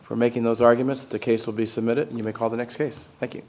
for making those arguments the case will be submitted and you may call the next case